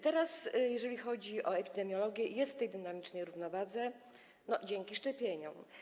Teraz, jeżeli chodzi o epidemiologię, jest w tej dynamicznej równowadze dzięki szczepieniom.